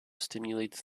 stimulates